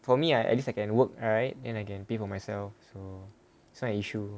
for me I at least I can work right then I can pay for myself so so side issue